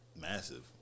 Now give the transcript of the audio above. massive